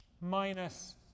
minus